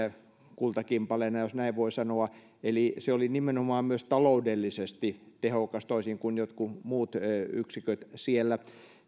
kultakimpaleena jos näin voi sanoa eli se oli nimenomaan myös taloudellisesti tehokas toisin kuin jotkut muut yksiköt siellä